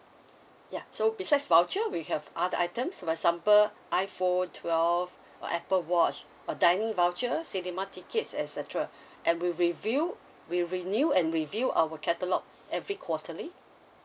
yeah so besides voucher we have other items for example iPhone twelve or Apple watch or dining voucher cinema tickets and etcetera and we review we renew and review our catalogue every quarterly